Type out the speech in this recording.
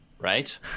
Right